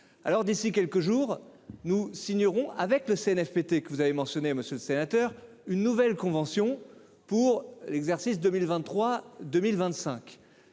D'ici à quelques jours, nous signerons avec le CNFPT, que vous avez mentionné, monsieur le sénateur, une nouvelle convention pour l'exercice 2023-2025.